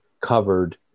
covered